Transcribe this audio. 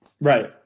Right